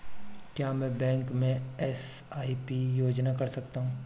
क्या मैं बैंक में एस.आई.पी योजना कर सकता हूँ?